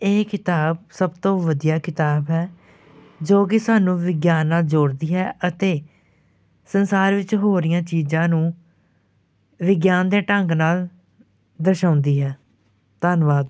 ਇਹ ਕਿਤਾਬ ਸਭ ਤੋਂ ਵਧੀਆ ਕਿਤਾਬ ਹੈ ਜੋ ਕਿ ਸਾਨੂੰ ਵਿਗਿਆਨ ਨਾਲ ਜੋੜਦੀ ਹੈ ਅਤੇ ਸੰਸਾਰ ਵਿੱਚ ਹੋ ਰਹੀਆਂ ਚੀਜ਼ਾਂ ਨੂੰ ਵਿਗਿਆਨ ਦੇ ਢੰਗ ਨਾਲ ਦਰਸਾਉਂਦੀ ਹੈ ਧੰਨਵਾਦ